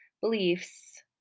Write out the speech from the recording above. beliefs